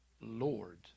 Lord